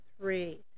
three